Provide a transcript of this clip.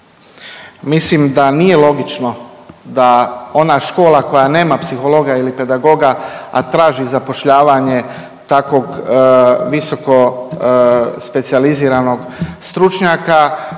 Mislim da nije logično da ona škola koja nema psihologa ili pedagoga, a traži zapošljavanje takvog visokospecijaliziranog stručnjaka